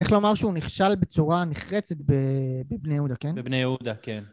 איך לומר שהוא נכשל בצורה נחרצת בבני יהודה כן? בבני יהודה כן